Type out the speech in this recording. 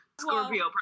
scorpio